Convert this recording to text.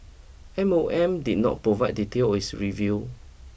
M O M did not provide details of its review